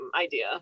idea